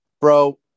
Bro